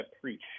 preach